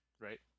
Right